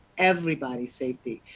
everybody's safety.